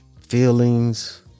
feelings